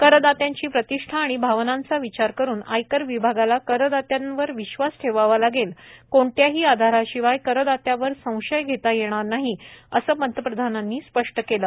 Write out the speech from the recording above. करदात्यांची प्रतिष्ठा आणि भावनांचा विचार करून आयकर विभागाला करदात्यावर विश्वास ठेवावा लागेल कोणत्याही आधाराशिवाय करदात्यावर संशय घेता येणार नाही असं पंतप्रधानांनी स्पष्ट केलं